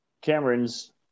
Cameron's